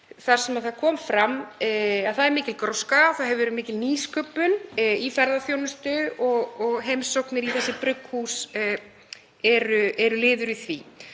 þar sem fram kom að það er mikil gróska, það hefur verið mikil nýsköpun í ferðaþjónustu og heimsóknir í þessi brugghús eru liður í því.